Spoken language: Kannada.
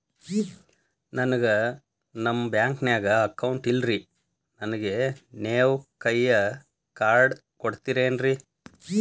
ನನ್ಗ ನಮ್ ಬ್ಯಾಂಕಿನ್ಯಾಗ ಅಕೌಂಟ್ ಇಲ್ರಿ, ನನ್ಗೆ ನೇವ್ ಕೈಯ ಕಾರ್ಡ್ ಕೊಡ್ತಿರೇನ್ರಿ?